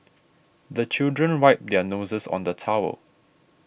the children wipe their noses on the towel